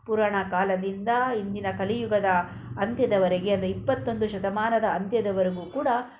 ಪುರಾಣ ಕಾಲದಿಂದ ಇಂದಿನ ಕಲಿಯುಗದ ಅಂತ್ಯದವರೆಗೆ ಅಂದರೆ ಇಪ್ಪತ್ತೊಂದು ಶತಮಾನದ ಅಂತ್ಯದವರೆಗೂ ಕೂಡ